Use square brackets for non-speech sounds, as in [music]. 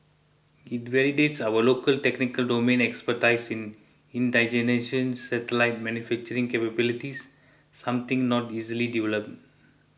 it validates our local technical domain expertise in [unintelligible] satellite manufacturing capabilities something not easily developed